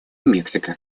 мексика